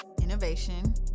Innovation